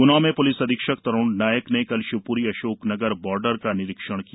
ग्ना में प्लिस अधीक्षक तरुण नायक ने कल शिवप्री अशोकनगर बॉर्डर का निरीक्षण किया